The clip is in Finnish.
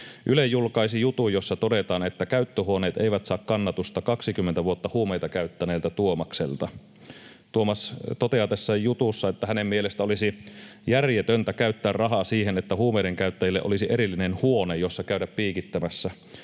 Yle julkaisi jutun, jossa todetaan, että käyttöhuoneet eivät saa kannatusta 20 vuotta huumeita käyttäneeltä Tuomakselta. Tuomas toteaa tässä jutussa, että hänen mielestään olisi järjetöntä käyttää rahaa siihen, että huumeidenkäyttäjille olisi erillinen huone, jossa käydä piikittämässä.